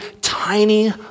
tiny